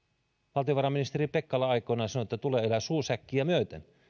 valtiovarainministeri pekkala aikoinaan sanoi että tulee elää suu säkkiä myöten